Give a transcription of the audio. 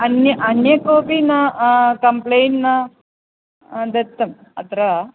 अन्यद् अन्यद् कोपि न कम्प्लेन् न दत्तम् अत्र